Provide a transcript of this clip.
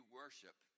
worship